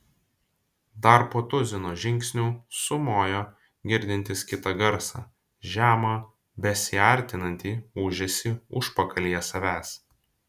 dar po tuzino žingsnių sumojo girdintis kitą garsą žemą besiartinantį ūžesį užpakalyje savęs